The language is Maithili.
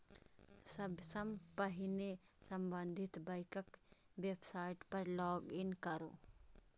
सबसं पहिने संबंधित बैंकक वेबसाइट पर लॉग इन करू